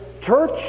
church